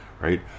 right